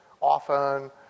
often